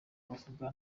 bavuga